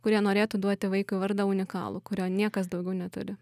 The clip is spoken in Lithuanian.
kurie norėtų duoti vaikui vardą unikalų kurio niekas daugiau neturi